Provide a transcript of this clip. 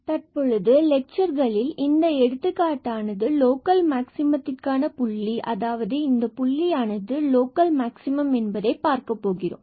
மற்றும் தற்பொழுது லெட்சர்களில் இந்த எடுத்துக்காட்டு ஆனது லோக்கல் மாக்சிமத்திற்கான புள்ளி அதாவது இந்த புள்ளியானது லோக்கல் மாக்சிமம் என்பதை பார்க்கப்போகிறோம்